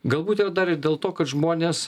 galbūt ir dar dėl to kad žmonės